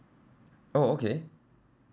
oh okay